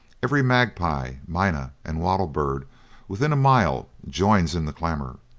every magpie, minah, and wattle-bird within a mile joins in the clamour.